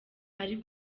ari